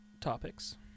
topics